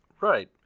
right